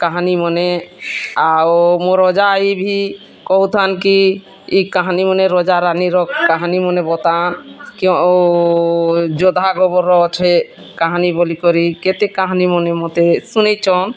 କାହାନୀମାନେ ଆଉ ମୋର୍ ଅଜା ଆଈ ଭି କହୁଥାନ୍ କି ଏ କାହାନୀମାନେ ରଜା ରାନୀର କାହାନୀମାନେ ବତା କି ଯୋଦ୍ଧା ଆକବର୍ର ଅଛେ କାହାନୀ ବୋଲିକରି କେତେ କାହାନୀମାନେ ମତେ ଶୁଣେଇଛନ୍